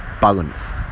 balance